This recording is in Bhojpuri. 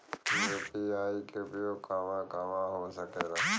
यू.पी.आई के उपयोग कहवा कहवा हो सकेला?